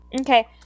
Okay